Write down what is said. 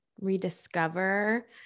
rediscover